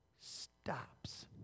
stops